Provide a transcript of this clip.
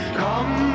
come